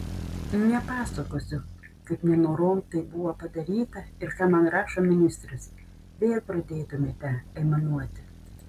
nepasakosiu kaip nenorom tai buvo padaryta ir ką man rašo ministras vėl pradėtumėte aimanuoti